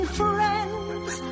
friends